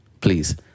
Please